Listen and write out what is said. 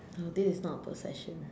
uh this is not a possession